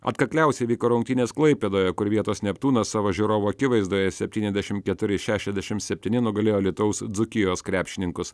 atkakliausiai vyko rungtynės klaipėdoje kur vietos neptūnas savo žiūrovų akivaizdoje septyniasdešim keturi šešiasdešim septyni nugalėjo alytaus dzūkijos krepšininkus